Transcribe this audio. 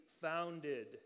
founded